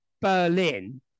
Berlin